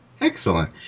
Excellent